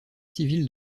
civil